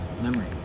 memory